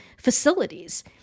facilities